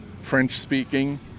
French-speaking